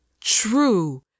true